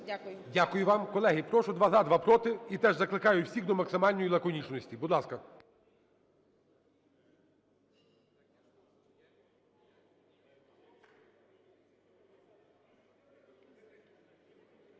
Дякую вам. Колеги, прошу: два – за, два – проти. І теж закликаю всіх до максимальної лаконічності. Будь ласка.